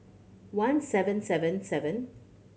one seven seven seven